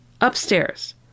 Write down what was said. upstairs